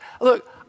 Look